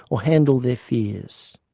or handle their fears.